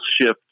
shift